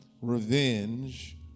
revenge